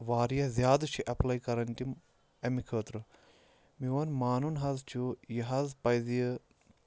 واریاہ زیادٕ چھِ ایپلاے کَران تِم اَمہِ خٲطرٕ میون مانُن حظ چھُ یہِ حظ پَزِ